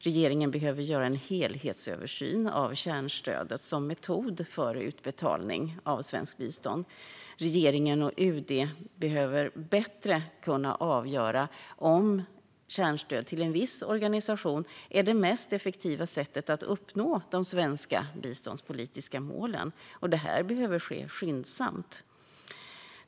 Regeringen behöver göra en helhetsöversyn av kärnstödet som metod för utbetalning av svenskt bistånd. Regeringen och UD behöver bättre kunna avgöra om kärnstöd till en viss organisation är det mest effektiva sättet att uppnå de svenska biståndspolitiska målen, och det behöver ske skyndsamt.